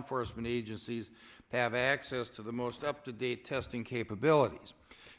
enforcement agencies have access to the most up to date testing capabilities